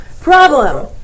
Problem